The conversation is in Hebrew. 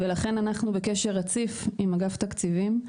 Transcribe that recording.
לכן אנחנו נמצאים בקשר רציף עם אגף תקציבים,